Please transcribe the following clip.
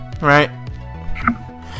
right